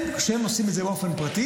הם, כשהם עושים את זה באופן פרטי,